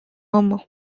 amañ